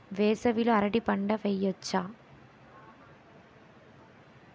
వేసవి లో అరటి పంట వెయ్యొచ్చా?